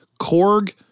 Korg